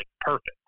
perfect